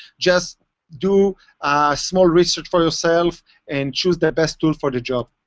just do small research for yourself and choose the best tool for the job.